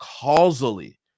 causally